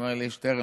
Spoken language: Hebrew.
אומר לי: שטרן,